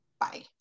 Bye